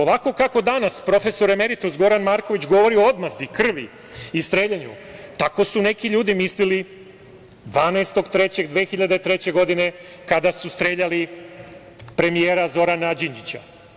Ovako kako danas profesor emeritus Goran Marković govori o odmazdi, krvi i streljanju, tako su neki ljudi mislili 12. 3. 2003. godine kada su streljali premijera Zorana Đinđića.